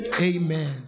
amen